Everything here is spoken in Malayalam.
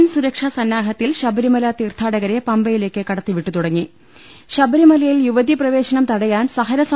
വൻസുരക്ഷാ സന്നാഹത്തിൽ ശബരിമല തീർത്ഥാടകരെ പമ്പയിലേക്ക് കടത്തിവിട്ടു തുടങ്ങി ശബരിമലയിൽ യുവതീപ്രവേശനം തടയാൻ സഹനസ